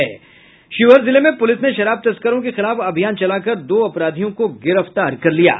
शिवहर जिले में पुलिस ने शराब तस्करों के खिलाफ अभियान चलाकर दो अपराधियों को गिरफ्तार किया है